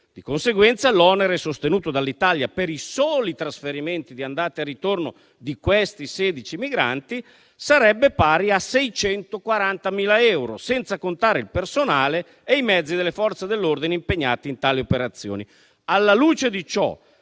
Di conseguenza, l'onere sostenuto dall'Italia per i soli trasferimenti di andata e ritorno di quei 16 migranti sarebbe pari a 640.000 euro, senza contare il personale e i mezzi delle Forze dell'ordine impegnati in tali operazioni. Alla luce di ciò,